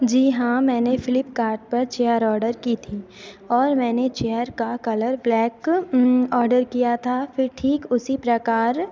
जी हाँ मैंने फ्लिपकार्ट पर चेयर ऑर्डर की थी और मैंने चेयर का कलर ब्लैक ऑर्डर किया था फिर ठीक उसी प्रकार